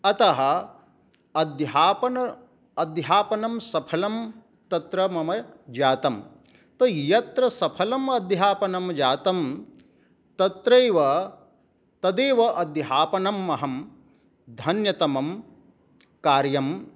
अतः अध्यापनम् अध्यापनं सफलं तत्र मम जातं तो यत्र सफलमध्यापनं जातं तत्रैव तदेव अध्यापनमहं धन्यतमं कार्यं